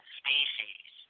species